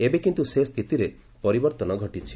ଏବେ କିନ୍ତୁ ସେ ସ୍ଥିତିରେ ପରିବର୍ଭନ ଘଟିଛି